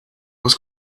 was